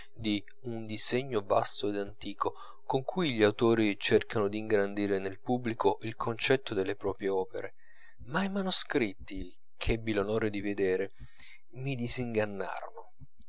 di un disegno vasto ed antico con cui gli autori cercano d'ingrandire nel pubblico il concetto delle proprie opere ma i manoscritti ch'ebbi l'onore di vedere mi